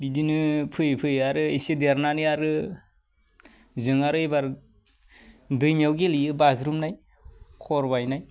बिदिनो फैयै फैयै आरो एसे देरनानै आरो जों आरो एबार दैमायाव गेलेयो बाज्रुमनाय खर बायनाय